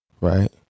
Right